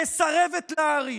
מסרבת להאריך,